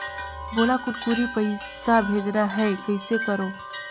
मोला कुनकुरी पइसा भेजना हैं, कइसे करो?